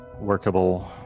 workable